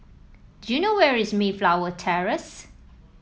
do you know where is Mayflower Terrace